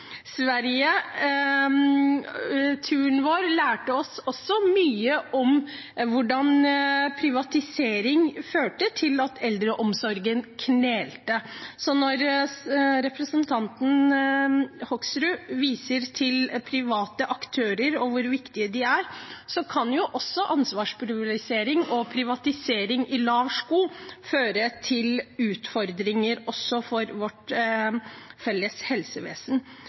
Turen vår til Sverige lærte oss mye om hvordan privatisering førte til at eldreomsorgen knelte, så når representanten Hoksrud viser til private aktører og hvor viktige de er, kan ansvarspulverisering og privatisering over en lav sko også føre til utfordringer for vårt felles helsevesen.